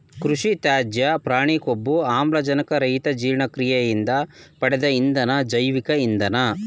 ಕೃಷಿತ್ಯಾಜ್ಯ ಪ್ರಾಣಿಕೊಬ್ಬು ಆಮ್ಲಜನಕರಹಿತಜೀರ್ಣಕ್ರಿಯೆಯಿಂದ ಪಡ್ದ ಇಂಧನ ಜೈವಿಕ ಇಂಧನ